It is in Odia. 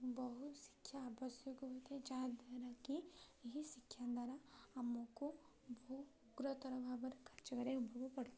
ବହୁ ଶିକ୍ଷା ଆବଶ୍ୟକ ହୋଇଥାଏ ଯାହାଦ୍ୱାରା କି ଏହି ଶିକ୍ଷା ଦ୍ୱାରା ଆମକୁ ବହୁ ଭାବରେ କାର୍ଯ୍ୟକରିବାକୁ ପଡ଼ିଥାଏ